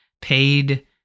paid